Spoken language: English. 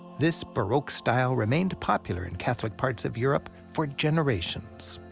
this baroque style remained popular in catholic parts of europe for generations.